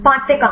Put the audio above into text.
5 से कम